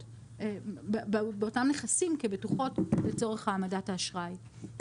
באותם נכסים כבטוחות לצורך העמדת האשראי.